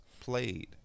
played